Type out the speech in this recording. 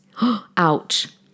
Ouch